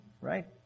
right